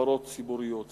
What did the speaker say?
חברות ציבוריות,